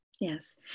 Yes